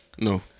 No